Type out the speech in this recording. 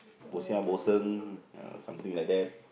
bohsia uh something like that